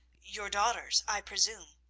your daughters, i presume.